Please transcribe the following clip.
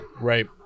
Right